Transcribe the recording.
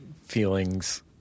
feelings